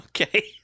okay